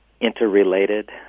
interrelated